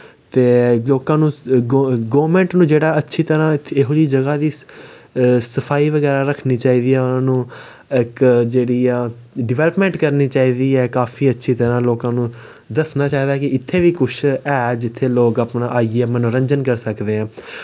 ते लोकां नू गोरमैंट नू जेह्ड़ा अच्छी तरह इ'यै जेही जगह दी सफाई बगैरा रक्खनी चाहिदी ऐ उ'नें गी इक जेह्ड़ी ऐ डवैलपमैंट करनी चाहिदी ऐ काफी अच्छी तरह लोकें गी दस्सना चाहिदा कि इत्थै बी कुछ ऐ जित्थै लोग अपना आइयै मनोरंजन करी सकदे ऐ